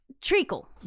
treacle